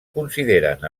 consideren